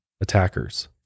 attackers